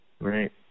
Right